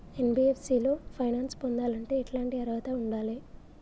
NBFC లో finance పొందాలంటే ఎట్లాంటి అర్హత ఉండాలే?